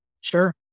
sure